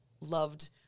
loved